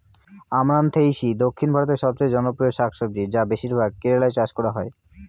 আমরান্থেইসি দক্ষিণ ভারতের সবচেয়ে জনপ্রিয় শাকসবজি যা বেশিরভাগ কেরালায় চাষ করা হয়